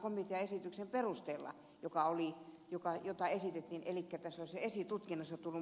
komitean esityksen perusteella jolloin lähdesuoja olisi jo esitutkinnassa tullut murrettavaksi